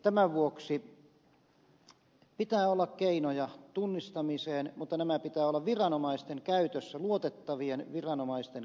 tämän vuoksi pitää olla keinoja tunnistamiseen mutta niiden pitää olla viranomaisten käytössä luotettavien viranomaisten käytössä